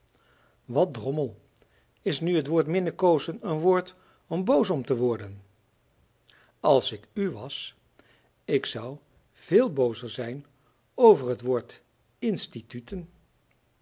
wat drommel is nu t woord minnekoozen een woord om boos om te worden als ik u was ik zou veel boozer zijn over het woord instituten